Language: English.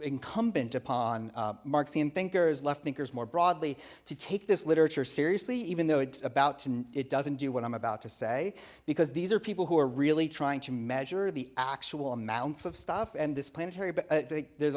incumbent upon marxian thinkers left thinkers more broadly to take this literature seriously even though it's about it doesn't do what i'm about to say because these are people who are really trying to measure the actual amounts of stuff and this planetary but there's